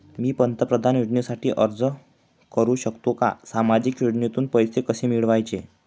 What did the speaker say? मी पंतप्रधान योजनेसाठी अर्ज करु शकतो का? सामाजिक योजनेतून पैसे कसे मिळवायचे